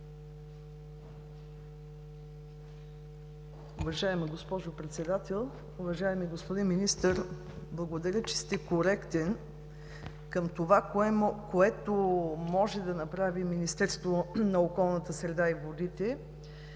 Уважаема госпожо Председател, уважаеми господин Министър! Благодаря, че сте коректен към това, което може да направи Министерство на околната среда и водите